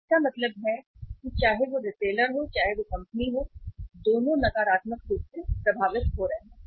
तो इसका मतलब है कि चाहे वह रिटेलर हो चाहे वह कंपनी है दोनों नकारात्मक रूप से प्रभावित हो रहे हैं